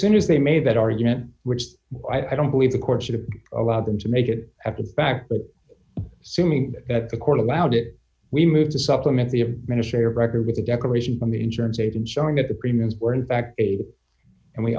soon as they made that argument which i don't believe the courts are to allow them to make it after the fact that seeming that the court allowed it we move to supplement the ministry record with a declaration from the insurance agent showing that the premiums were in fact a and we